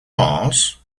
mars